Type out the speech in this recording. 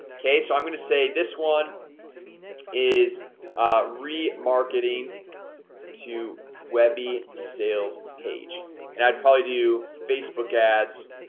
okay, so i'm gonna say this one is remarketing to webby sales page and i'd probably do facebook ads